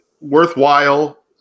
worthwhile